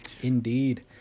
Indeed